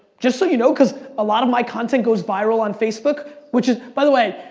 just so you know because a lot of my content goes viral on facebook, which by the way,